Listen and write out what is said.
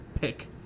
pick